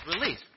release